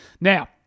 Now